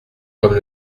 comme